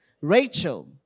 Rachel